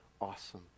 awesome